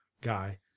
guy